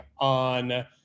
on